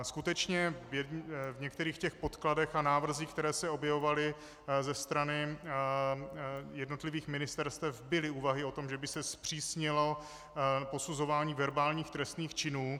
Skutečně v některých podkladech a návrzích, které se objevovaly ze strany jednotlivých ministerstev, byly úvahy o tom, že by se zpřísnilo posuzování verbálních trestných činů.